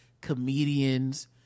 comedians